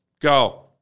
Go